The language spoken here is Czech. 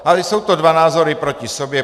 Ale jsou to dva názory proti sobě.